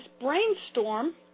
brainstorm